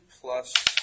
plus